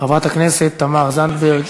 חברת הכנסת תמר זנדברג,